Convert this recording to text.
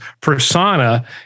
persona